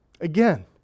Again